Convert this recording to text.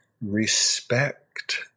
respect